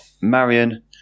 Marion